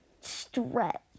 stretch